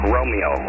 Romeo